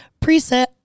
preset